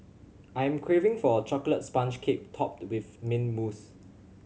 I am craving for a chocolate sponge cake topped with mint mousse